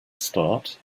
start